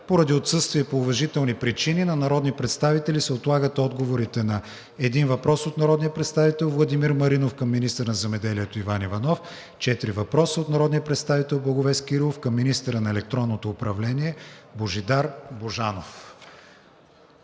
поради отсъствие по уважителни причини на народни представители се отлагат отговорите на: - един въпрос от народния представител Владимир Маринов към министъра на земеделието Иван Иванов; - четири въпроса от народния представител Благовест Кирилов към министъра на електронното управление Божидар Божанов.